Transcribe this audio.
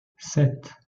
sept